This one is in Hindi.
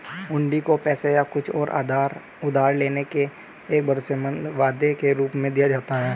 हुंडी को पैसे या कुछ और उधार लेने के एक भरोसेमंद वादे के रूप में दिया जाता है